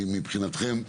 מבחינתכם,